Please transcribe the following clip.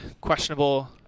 questionable